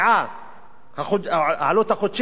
העלות החודשית לנסיעה, 1,000 שקל,